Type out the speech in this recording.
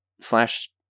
Flash